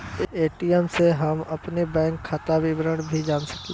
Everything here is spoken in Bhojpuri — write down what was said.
ए.टी.एम से हम अपने बैंक खाता विवरण भी जान सकीला